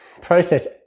process